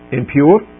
impure